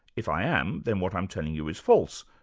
if i am then what i'm telling you is false,